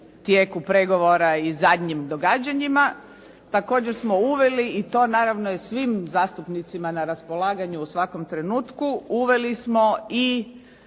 tijeku pregovora i zadnjim događanjima. Također smo uveli i to naravno i svim zastupnicima na raspolaganju u svakom trenutku uveli smo i